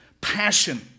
passion